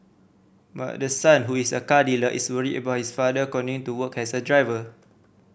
but the son who is a car dealer is worried about his father continuing to work as a driver